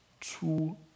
two